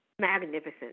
magnificent